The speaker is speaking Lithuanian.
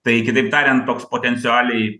tai kitaip tariant toks potencialiai